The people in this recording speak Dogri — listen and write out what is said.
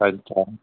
अच्छा